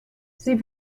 sie